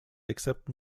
except